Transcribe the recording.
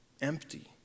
Empty